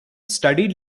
studied